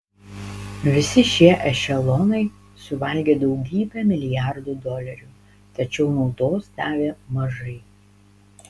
visi šie ešelonai suvalgė daugybę milijardų dolerių tačiau naudos davė mažai